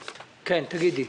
תודה.